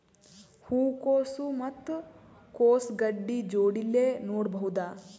ಹೂ ಕೊಸು ಮತ್ ಕೊಸ ಗಡ್ಡಿ ಜೋಡಿಲ್ಲೆ ನೇಡಬಹ್ದ?